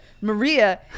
Maria